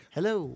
Hello